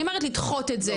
אני אומרת לדחות את זה,